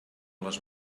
les